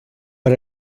per